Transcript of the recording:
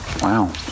Wow